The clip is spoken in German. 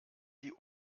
die